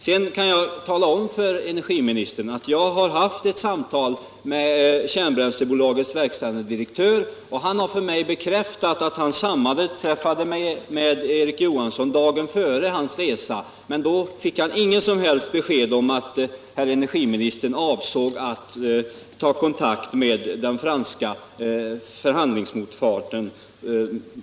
Jag kan tala om för energiministern att jag har haft ett samtal med kärnbränslebolagets verkställande direktör, och han har bekräftat att han sammanträffade med Olof Johansson dagen före hans resa, men då fick han inget som helst besked om att energiministern avsåg att ta kontakt med kärnbränslebolagets franska förhandlingsmotpart.